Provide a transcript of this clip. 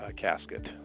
casket